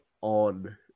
on